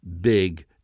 big